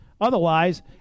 Otherwise